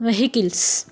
vehicles